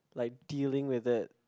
like dealing with it